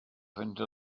into